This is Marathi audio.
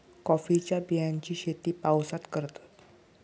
कॉफीच्या बियांची शेती पावसात करतत